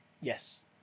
Yes